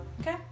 okay